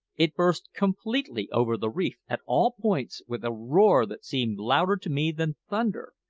it burst completely over the reef at all points with a roar that seemed louder to me than thunder,